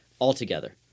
altogether